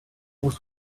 was